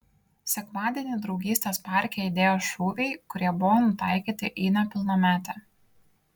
sekmadienį draugystės parke aidėjo šūviai kurie buvo nutaikyti į nepilnametę